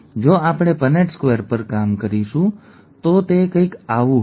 જો આપણે Punnett square પર કામ કરીશું તો તે કંઈક આવું હશે